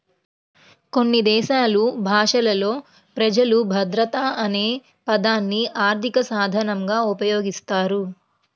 కొన్ని దేశాలు భాషలలో ప్రజలు భద్రత అనే పదాన్ని ఆర్థిక సాధనంగా ఉపయోగిస్తారు